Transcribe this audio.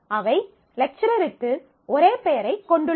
அவை லெக்சரருக்கு ஒரே பெயரைக் கொண்டுள்ளன